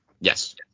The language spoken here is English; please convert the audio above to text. Yes